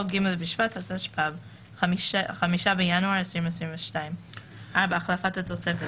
"ג' בשבט התשפ"ב (5 בינואר 2022)". החלפת התוספת